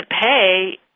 pay